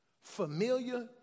Familiar